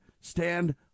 stand